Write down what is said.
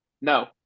No